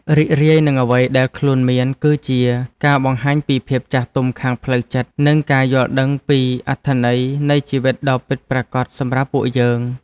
រីករាយនឹងអ្វីដែលខ្លួនមានគឺជាការបង្ហាញពីភាពចាស់ទុំខាងផ្លូវចិត្តនិងការយល់ដឹងពីអត្ថន័យនៃជីវិតដ៏ពិតប្រាកដសម្រាប់ពួកយើង។